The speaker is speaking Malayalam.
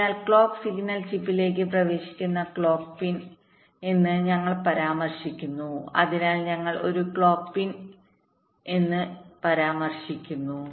അതിനാൽ ക്ലോക്ക് സിഗ്നൽ ചിപ്പിലേക്ക് പ്രവേശിക്കുന്ന ക്ലോക്ക് പിൻഎന്ന് ഞങ്ങൾ പരാമർശിക്കുന്നു അതിനാൽ ഞങ്ങൾ ഒരു ക്ലോക്ക് പിൻ എന്ന് പരാമർശിക്കുന്നു